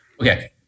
Okay